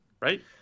right